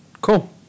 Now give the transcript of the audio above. cool